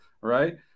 right